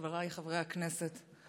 חבריי חברי הכנסת,